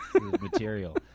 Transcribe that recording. material